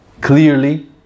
clearly